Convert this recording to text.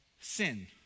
sin